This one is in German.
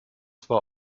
zwar